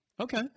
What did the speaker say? Okay